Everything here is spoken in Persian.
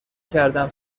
کردم